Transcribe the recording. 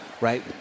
right